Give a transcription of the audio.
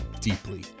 deeply